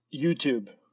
youtube